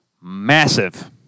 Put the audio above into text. massive